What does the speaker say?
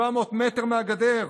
700 מטר מהגדר?